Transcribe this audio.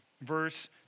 Verse